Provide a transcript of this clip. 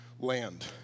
land